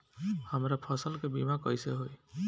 हमरा फसल के बीमा कैसे होई?